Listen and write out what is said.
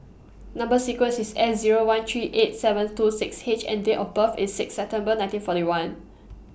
Number sequence IS S Zero one three eight seven two six H and Date of birth IS six September nineteen forty one